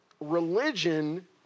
religion